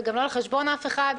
זה גם לא על חשבון אף אחד.